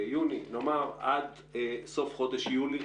ביוני עד סוף חודש יולי